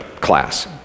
class